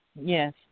Yes